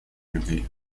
любви